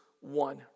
one